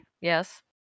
Yes